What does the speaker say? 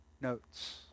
notes